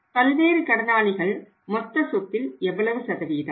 பல்வேறு கடனாளிகள் மொத்த சொத்தில் எவ்வளவு சதவிகிதம்